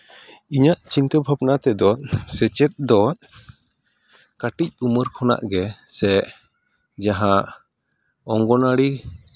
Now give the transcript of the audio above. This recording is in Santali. ᱤᱧᱟᱹᱜ ᱪᱤᱱᱛᱟᱹ ᱵᱷᱟᱵᱽᱱᱟ ᱛᱮᱫᱚ ᱥᱮᱪᱮᱫ ᱫᱚ ᱠᱟᱹᱴᱤᱡ ᱩᱢᱟᱹᱨ ᱠᱷᱚᱱᱟᱜ ᱜᱮ ᱥᱮ ᱡᱟᱦᱟᱸ ᱚᱝᱜᱚᱣᱟᱲᱤ